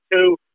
two